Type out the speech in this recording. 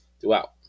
throughout